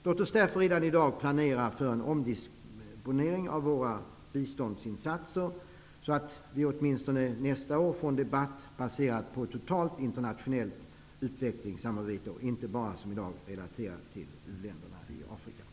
Låt oss därför redan i dag planera för en omdisponering av våra biståndsinsatser så att vi åtminstone nästa år får en debatt baserad på ett totalt internationellt utvecklingssamarbete, inte bara som i dag relaterad till u-länderna i Afrika.